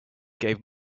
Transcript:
gave